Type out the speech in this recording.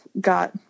got